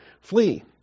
Flee